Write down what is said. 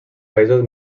països